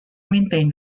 maintained